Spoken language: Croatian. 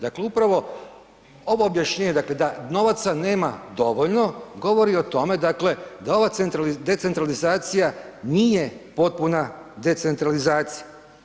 Dakle upravo ovo objašnjenje dakle da novaca nema dovoljno govori o tome da ova decentralizacija nije potpuna decentralizacija.